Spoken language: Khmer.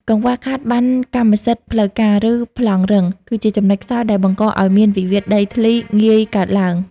កង្វះខាតប័ណ្ណកម្មសិទ្ធិផ្លូវការ ឬ "ប្លង់រឹង" គឺជាចំណុចខ្សោយដែលបង្កឱ្យមានវិវាទដីធ្លីងាយកើតឡើង។